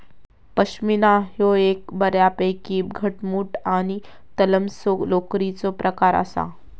पश्मीना ह्यो एक बऱ्यापैकी घटमुट आणि तलमसो लोकरीचो प्रकार आसा